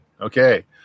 Okay